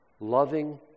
loving